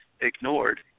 ignored